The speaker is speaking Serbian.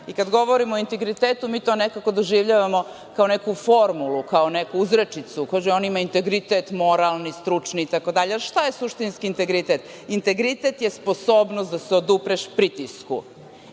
I kada govorimo o integritetu, mi to nekako doživljavamo kao neku formulu, kao neku uzrečicu. Kaže, on ima integritet moralni, stručni, itd. Šta je suštinski integritet? Integritet je sposobnost da se odupreš pritisku.